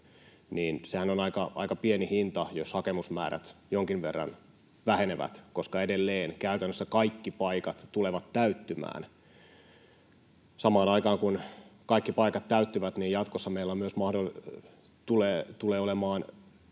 sehän on aika pieni hinta, jos hakemusmäärät jonkin verran vähenevät, koska edelleen käytännössä kaikki paikat tulevat täyttymään. Samaan aikaan kun kaikki paikat täyttyvät, jatkossa meillä myös tulee olemaan